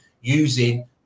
using